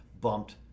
bumped